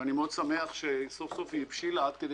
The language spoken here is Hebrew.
אני שמח מאוד שסוף-סוף היא הבשילה עד כדי